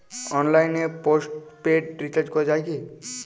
অনলাইনে postpaid recharge করা যায় কি?